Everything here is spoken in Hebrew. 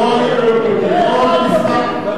שאני מניח שאתם לא מייצגים אותם,